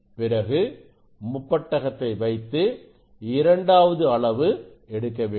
பிறகு முப்பட்டகத்தை வைத்து இரண்டாவது அளவு எடுக்க வேண்டும்